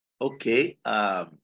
okay